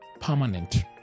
permanent